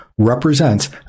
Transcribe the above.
represents